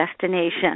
destination